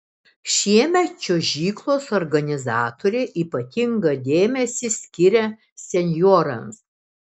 šiemet čiuožyklos organizatoriai ypatingą dėmesį skiria senjorams